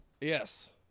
Yes